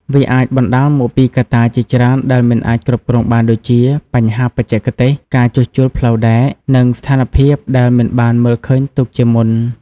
វាអាចបណ្ដាលមកពីកត្តាជាច្រើនដែលមិនអាចគ្រប់គ្រងបានដូចជា បញ្ហាបច្ចេកទេស ការជួសជុលផ្លូវដែក និងស្ថានភាពដែលមិនបានមើលឃើញទុកជាមុន។